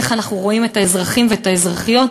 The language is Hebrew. איך אנחנו רואים את האזרחים ואת האזרחיות,